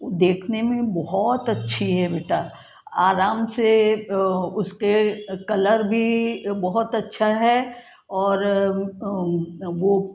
वो देखने में बहुत अच्छी है बेटा आराम से उसके कलर भी बहुत अच्छा हैं और वो